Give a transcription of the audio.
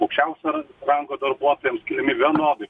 aukščiausio rango darbuotojams vienodai